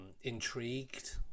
intrigued